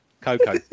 coco